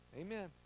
Amen